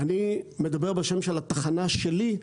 אני מדבר בשם התחנה שלי,